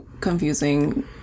confusing